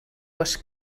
was